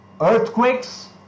earthquakes